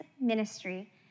ministry